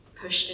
pushed